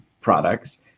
products